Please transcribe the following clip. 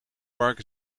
park